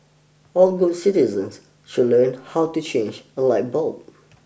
all good citizens should learn how to change a light bulb